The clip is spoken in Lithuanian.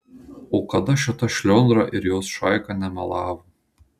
o kada šita šliundra ir jos šaika nemelavo